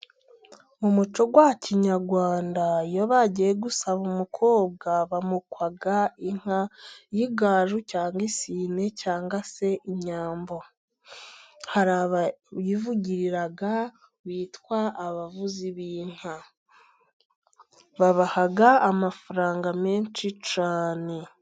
Umuco wa kinyarwanda, iyo bagiye gusaba umukobwa bamukwa inka y'igaju, cyangwa y'isine, cyangwa se inyambo. Hari abayivugira bitwa abavuzi b'inka. Babaha amafaranga menshi cyane.